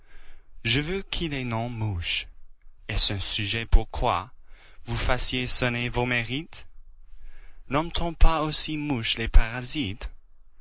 je veux qu'il ait nom mouche est-ce un sujet pourquoi vous fassiez sonner vos mérites nomme-t-on pas aussi mouches les parasites